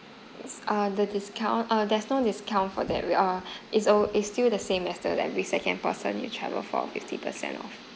disc~ uh the discount uh there's no discount for that we uh it's all it's still the same as the like every second person you travel for fifty percent off